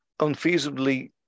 unfeasibly